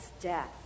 death